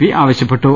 P ആവശ്യപ്പെട്ടു